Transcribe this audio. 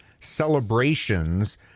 celebrations